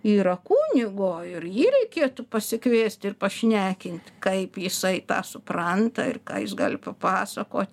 yra kunigo ir jį reikėtų pasikviest ir pašnekint kaip jisai tą supranta ir ką jis gali papasakot